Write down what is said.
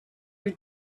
your